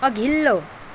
अघिल्लो